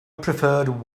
preferred